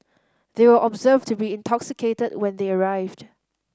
they were observed to be intoxicated when they arrived